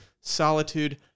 solitude